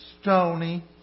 stony